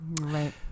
Right